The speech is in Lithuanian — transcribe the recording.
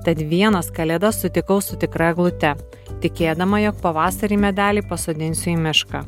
tad vienas kalėdas sutikau su tikra eglute tikėdama jog pavasarį medelį pasodinsiu į mišką